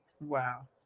Wow